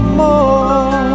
more